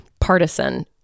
partisan